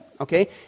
okay